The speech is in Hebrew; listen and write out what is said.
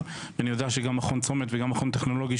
ואני יודע שגם מכון צומת והמכון הטכנולוגי,